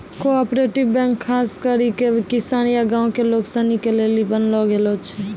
cooperative bank खास करी के किसान या गांव के लोग सनी के लेली बनैलो गेलो छै